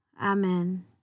Amen